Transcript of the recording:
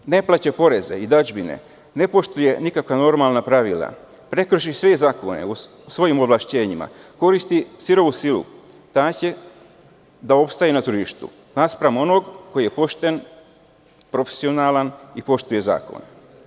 Ako neko ne plaća poreze i dažbine, ne poštuje nikakva normalna pravila, prekrši sve zakone svojim ovlašćenjima, koristi sirovu silu, danas će da opstaje na tržištu naspram onog koji je pošten, profesionalan i poštuje zakon.